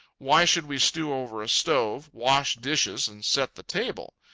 why should we stew over a stove, wash dishes, and set the table?